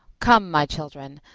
come, my children,